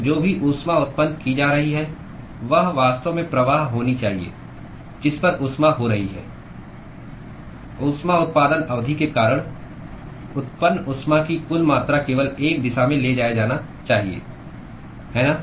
तो जो भी ऊष्मा उत्पन्न की जा रही है वह वास्तव में प्रवाह होना चाहिए जिस पर ऊष्मा हो रही है ऊष्मा उत्पादन अवधि के कारण उत्पन्न ऊष्मा की कुल मात्रा केवल एक दिशा में ले जाया जाना चाहिए है ना